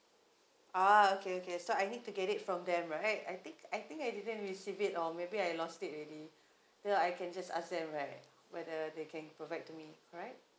ah okay okay so I need to get it from them right I think I think I didn't receive it or maybe I lost it already then I can just ask them like whether they can provide to me right